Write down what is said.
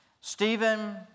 Stephen